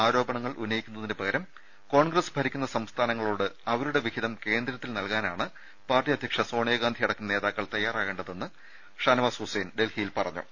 ആരോപണങ്ങൾ ഉന്നയിക്കുന്നതിന് പകരം കോൺഗ്രസ് ഭരിക്കുന്ന സംസ്ഥാനങ്ങളോട് അവരുടെ വിഹിതം കേന്ദ്രത്തിൽ നൽകാനാണ് പാർട്ടി അധ്യക്ഷ സോണിയാ ഗാന്ധി അടക്കം നേതാക്കൾ തയാറാകേണ്ടതെന്നും ഷാനവാസ് ഹുസൈൻ ഡൽഹിയിൽ പറഞ്ഞു